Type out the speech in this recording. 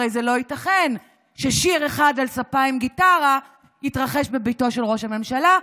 הרי זה לא ייתכן ששיר אחד על ספה עם גיטרה יתרחש בביתו של ראש הממשלה,